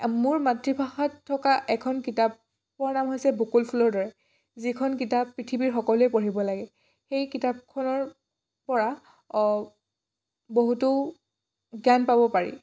মোৰ মাতৃভাষাত থকা এখন কিতাপ পোৱা নাম হৈছে বকুল ফুলৰ দৰে যিখন কিতাপ পৃথিৱীৰ সকলোৱে পঢ়িব লাগে সেই কিতাপখনৰ পৰা বহুতো জ্ঞান পাব পাৰি